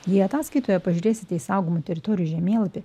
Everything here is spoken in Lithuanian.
jei ataskaitoje pažiūrėsite į saugomų teritorijų žemėlapį